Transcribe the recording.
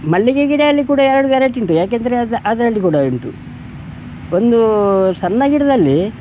ಮಲ್ಲಿಗೆ ಗಿಡ ಅಲ್ಲಿ ಕೂಡ ಎರಡು ವೆರೈಟಿ ಉಂಟು ಏಕೆಂದ್ರೆ ಅದು ಅದರಲ್ಲಿ ಕೂಡ ಉಂಟು ಒಂದು ಸಣ್ಣ ಗಿಡದಲ್ಲಿ